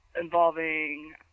Involving